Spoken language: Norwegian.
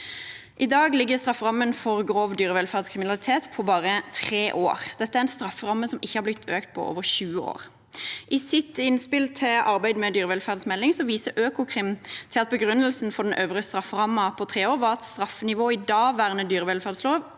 I dag ligger den øvre strafferammen for grov dyrevelferdskriminalitet på bare tre år. Dette er en strafferamme som ikke har blitt økt på over 20 år. I sitt innspill til arbeid med dyrevelferdsmelding viser Økokrim til at begrunnelsen for den øvre strafferammen på tre år var at straffenivået i daværende dyrevelferdslov